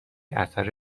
اثر